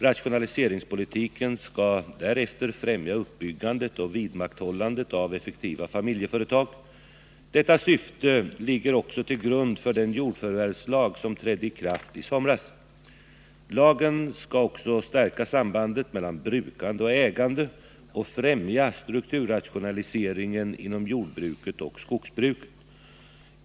Rationaliseringspolitiken skall därför främja uppbyggandet och vidmakthållandet av effektiva familjeföretag. Detta syfte ligger också till grund för den jordförvärvslag som trädde i kraft i somras. Lagen skall också stärka sambandet mellan brukande och ägande och främja strukturrationaliseringen inom jordbruket och skogsbruket.